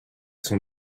son